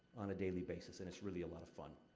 on a daily basis, and it's really a lot of fun.